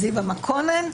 זיוה מקונן,